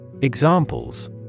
Examples